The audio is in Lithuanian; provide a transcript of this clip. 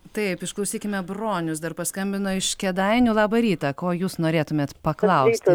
taip išklausykime bronius dar paskambino iš kėdainių labą rytą ko jūs norėtumėt paklausti